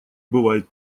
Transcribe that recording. бывает